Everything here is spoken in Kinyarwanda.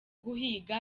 guhiga